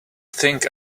think